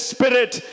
Spirit